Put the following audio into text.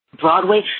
Broadway